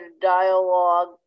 dialogue